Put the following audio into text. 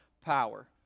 power